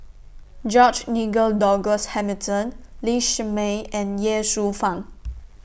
George Nigel Douglas Hamilton Lee Shermay and Ye Shufang